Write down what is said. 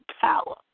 power